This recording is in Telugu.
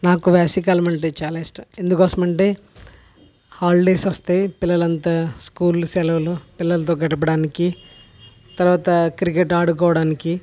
నాకు వేసవికాలం అంటే చాలా ఇష్టం ఎందుకోసం అంటే హాలిడేస్ వస్తాయి పిల్లలు అంతా స్కూల్ సెలవులు పిల్లలతో గడపడానికి తరువాత క్రికెట్ ఆడుకోవడానికి